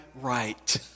right